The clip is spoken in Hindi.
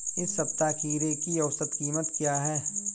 इस सप्ताह खीरे की औसत कीमत क्या है?